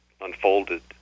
Unfolded